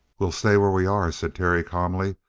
we'll stay where we are, said terry calmly,